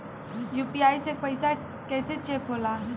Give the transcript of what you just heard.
UPI से पैसा कैसे चेक होला?